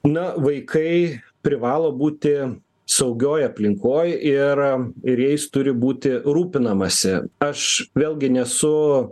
na vaikai privalo būti saugioj aplinkoj ir ir jais turi būti rūpinamasi aš vėlgi nesu